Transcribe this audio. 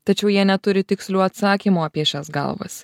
tačiau jie neturi tikslių atsakymų apie šias galvas